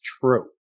true